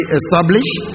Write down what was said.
established